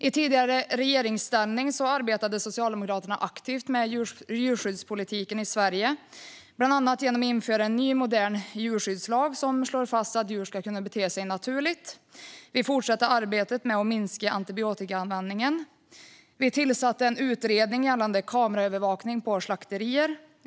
I tidigare regeringsställning arbetade Socialdemokraterna aktivt med djurskyddspolitiken i Sverige, bland annat genom att införa en ny, modern djurskyddslag som slår fast att djur ska kunna bete sig naturligt. Vi fortsatte arbetet med att minska antibiotikaanvändningen. Vi tillsatte en utredning gällande kameraövervakning på slakterier.